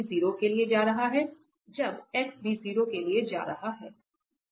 तो y भी 0 के लिए जा रहा है जब x भी 0 के लिए जा रहा है